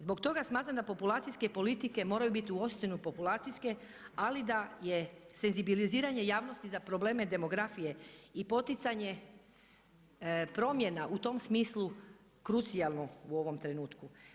Zbog toga smatram da populacijske politike moraju biti uistinu populacijske, ali da je senzibiliziranje javnosti za probleme demografije i poticanje promjena u tom smislu krucijalno u ovom trenutku.